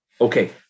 Okay